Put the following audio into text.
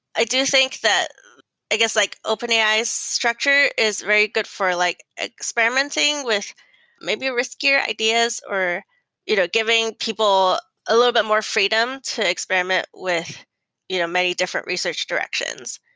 i do think that i guess like openai's structure is very good for like experimenting with maybe ah riskier ideas or you know giving people a little bit more freedom to experiment with you know many different research directions.